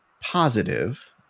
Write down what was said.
positive